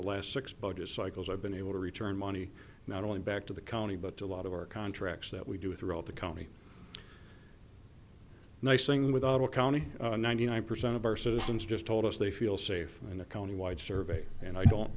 the last six budget cycles i've been able to return money not only back to the county but a lot of our contracts that we do throughout the county and i sing with county ninety nine percent of our citizens just told us they feel safe in a county wide survey and i don't